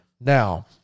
Now